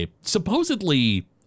supposedly